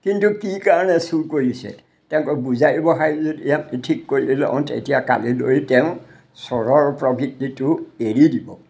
কিন্তু কি কাৰণে চুৰ কৰিছে তেওঁক বুজাই বহাই যদি আমি ঠিক কৰি লও তেতিয়া কালিলৈ তেওঁ চোৰৰ প্ৰবৃত্তিতো এৰি দিব